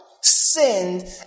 sinned